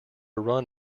run